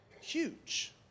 huge